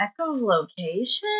echolocation